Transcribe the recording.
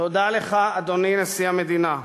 תודה לך, אדוני נשיא המדינה,